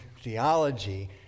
theology